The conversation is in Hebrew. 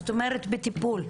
מה זאת אומרת בטיפול?